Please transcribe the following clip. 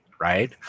right